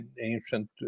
ancient